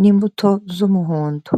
n'imbuto z'umuhondo.